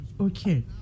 okay